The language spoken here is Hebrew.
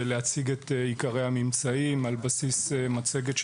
להציג את עיקרי הממצאים על בסיס מצגת.